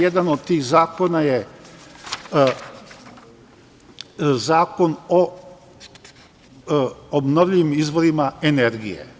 Jedan od tih zakona je Zakon o obnovljivim izvorima energije.